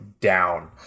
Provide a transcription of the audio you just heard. down